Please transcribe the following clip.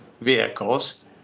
vehicles